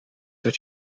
dat